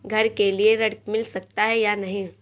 घर के लिए ऋण मिल सकता है या नहीं?